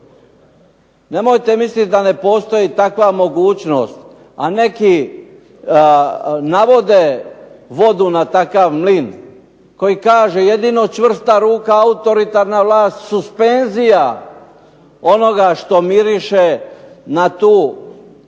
Nemojte misliti da ne postoji takva mogućnost, a neki navode vodu na takav mlin koji kaže jedino čvrsta ruka, autoritarna vlast, suspenzija onoga što miriše na tu